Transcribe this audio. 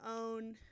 own